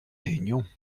réunion